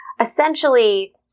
essentially